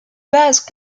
bases